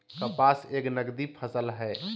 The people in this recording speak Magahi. कपास एक नगदी फसल हई